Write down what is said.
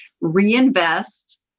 reinvest